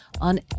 on